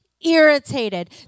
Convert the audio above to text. irritated